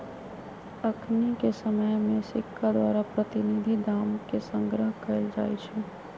अखनिके समय में सिक्का द्वारा प्रतिनिधि दाम के संग्रह कएल जाइ छइ